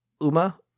Uma